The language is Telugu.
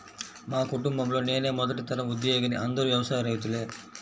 మా కుటుంబంలో నేనే మొదటి తరం ఉద్యోగిని అందరూ వ్యవసాయ రైతులే